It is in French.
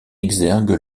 exergue